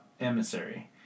Emissary